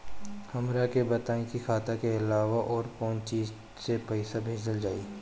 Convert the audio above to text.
हमरा के बताई की खाता के अलावा और कौन चीज से पइसा भेजल जाई?